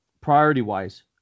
priority-wise